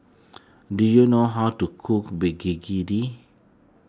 do you know how to cook